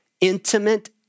intimate